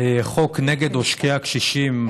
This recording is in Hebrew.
חוק נגד עושקי הקשישים.